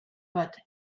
but